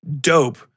dope